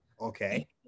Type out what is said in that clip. Okay